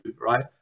right